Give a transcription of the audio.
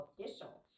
official